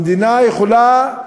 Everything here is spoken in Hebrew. המדינה יכולה,